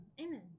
Amen